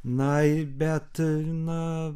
na bet na